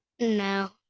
no